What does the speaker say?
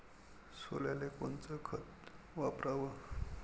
सोल्याले कोनचं खत वापराव?